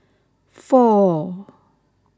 four